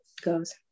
goes